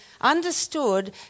understood